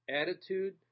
attitude